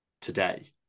today